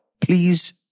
please